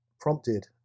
prompted